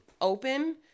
open